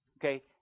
Okay